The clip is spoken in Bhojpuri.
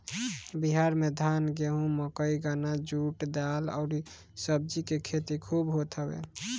बिहार में धान, गेंहू, मकई, गन्ना, जुट, दाल अउरी सब्जी के खेती खूब होत हवे